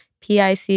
PIC